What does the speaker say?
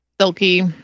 Silky